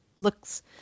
looks